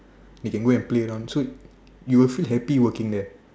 they can go and play around so you will feel happy working there